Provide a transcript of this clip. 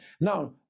Now